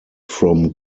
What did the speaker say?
from